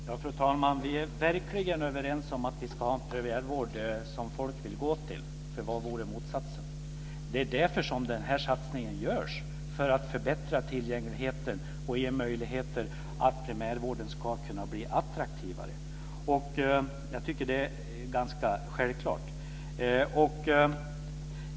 Fru talman! Vi är verkligen överens om att vi ska ha en primärvård som folk vill gå till, för vad vore motsatsen? Det är därför som den här satsningen görs; för att förbättra tillgängligheten och göra det möjligt för primärvården att bli attraktivare. Det tycker jag är ganska självklart.